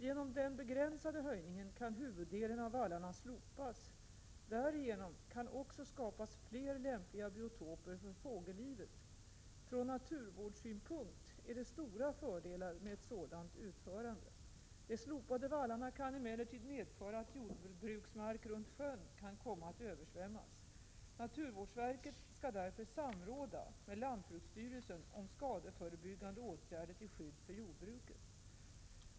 Genom den begränsade höjningen kan huvuddelen av vallarna slopas. Därigenom kan också skapas fler lämpliga biotoper för fågellivet. Från naturvårdssynpunkt är det stora fördelar med ett sådant utförande. De slopade vallarna kan emellertid medföra att jordbruksmark runt sjön kan komma att översvämmas. Naturvårdsverket skall därför samråda med lantbruksstyrelsen om skadeförebyggande åtgärder till skydd för jordbruket.